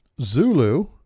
Zulu